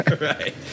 Right